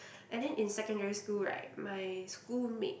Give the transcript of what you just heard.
and then in secondary school right my school made